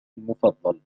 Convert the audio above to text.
المفضل